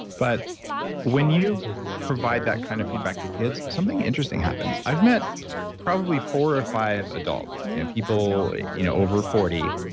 but when you provide that kind of feedback to kids, something interesting happens i've met probably four or five adults and people you know over forty,